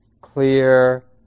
clear